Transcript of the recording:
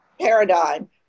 paradigm